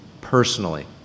personally